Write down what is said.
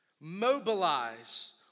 Mobilize